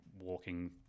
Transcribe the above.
walking